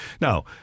Now